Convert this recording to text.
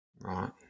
Right